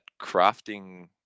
crafting